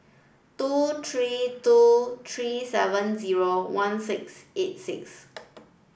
two three two three seven zero one six eight six